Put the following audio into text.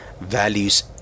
values